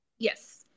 Yes